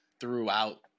throughout